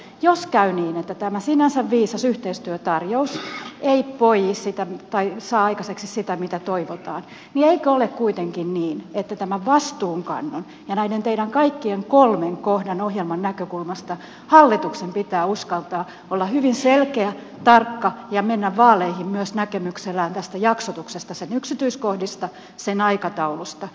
jos käy niin että tämä sinänsä viisas yhteistyötarjous ei saa aikaiseksi sitä mitä toivotaan niin eikö ole kuitenkin niin että tämän vastuunkannon ja näiden teidän kaikkien kolmen kohtanne ohjelman näkökulmasta hallituksen pitää uskaltaa olla hyvin selkeä tarkka ja mennä vaaleihin myös näkemyksellään tästä jaksotuksesta sen yksityiskohdista sen aikataulusta